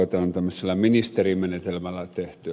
tämä on tämmöisellä ministerimenetelmällä tehty